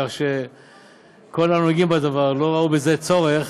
כך שכל הנוגעים בדבר לא ראו בזה צורך,